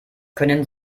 können